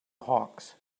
hawks